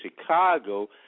chicago